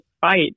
fight